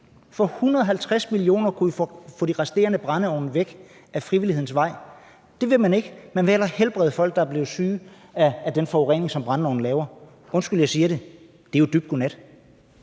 For 150 mio. kr. kunne vi få de resterende brændeovne væk ad frivillighedens vej. Det vil man ikke, man vil hellere helbrede folk, der er blevet syge af den forurening, som brændeovne laver. Undskyld, jeg siger det: Det er jo dybt godnat.